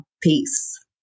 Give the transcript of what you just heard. peace